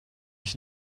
ich